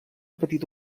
petita